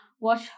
watch